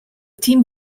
team